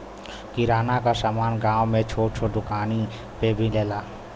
किराना क समान गांव में छोट छोट दुकानी पे मिलेला